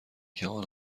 کمان